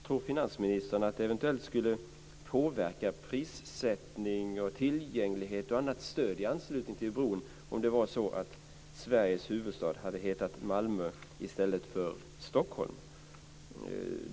Tror finansministern att det eventuellt skulle påverkat prissättning, tillgänglighet och annat stöd i anslutning till bron om det varit så att Sveriges huvudstad hade hetat Malmö i stället för Stockholm?